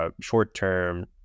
short-term